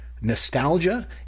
nostalgia